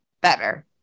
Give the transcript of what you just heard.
better